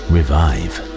Revive